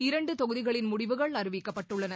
இரண்டு தொகுதிகளின் முடிவுகள் அறிவிக்கப்பட்டுள்ளன